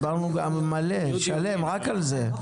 דיברנו רק על זה מלא,